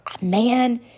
man